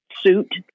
suit